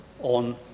on